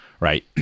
right